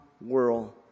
world